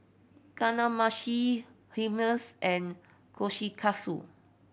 Kamameshi Hummus and Kushikatsu